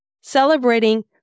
celebrating